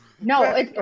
no